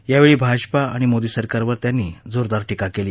यावेळी भाजपा आणि मोदी सरकारवर त्यांनी जोरदार टीका केली